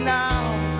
now